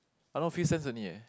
around few cents only eh